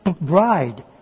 bride